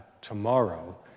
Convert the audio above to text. tomorrow